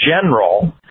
general